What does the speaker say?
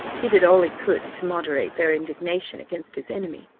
he did all he could to moderate their indignation against his enemy,